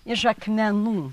iš akmenų